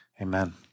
Amen